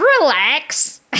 Relax